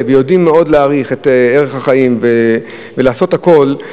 ויודעים להעריך את ערך החיים ולעשות הכול,